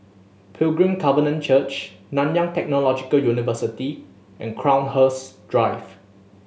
Pilgrim Covenant Church Nanyang Technological University and Crowhurst Drive